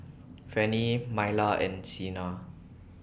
Fanny Myla and Cena